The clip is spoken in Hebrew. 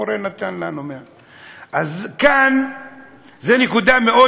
המורה נתן לנו 100. אז זו נקודה מאוד